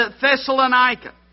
Thessalonica